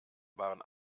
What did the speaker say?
waren